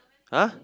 !huh!